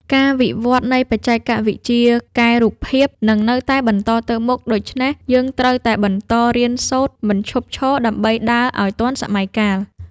ការវិវត្តន៍នៃបច្ចេកវិទ្យាកែរូបភាពនឹងនៅតែបន្តទៅមុខ ដូច្នេះយើងត្រូវតែបន្តរៀនសូត្រមិនឈប់ឈរដើម្បីដើរឱ្យទាន់សម័យកាល។